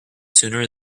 sooner